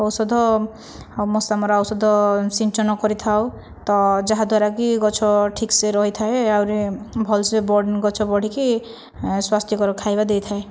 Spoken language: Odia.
ଔଷଧ ଆଉ ମଶାମରା ଔଷଧ ସିଞ୍ଚନ କରିଥାଉ ତ ଯାହାଦ୍ୱାରାକି ଗଛ ଠିକ୍ସେ ରହିଥାଏ ଆହୁରି ଭଲସେ ଗଛ ବଢ଼ିକି ସ୍ୱାସ୍ଥ୍ୟକର ଖାଇବା ଦେଇଥାଏ